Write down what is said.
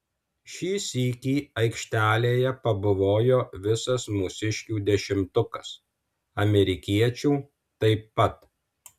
šį sykį aikštelėje pabuvojo visas mūsiškių dešimtukas amerikiečių taip pat